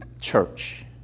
church